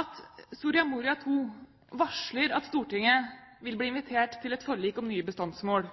at Soria Moria II varsler at Stortinget vil bli invitert til et forlik om nye bestandsmål.